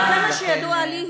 עד כמה שידוע לי,